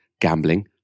gambling